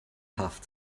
have